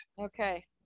Okay